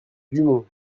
dumont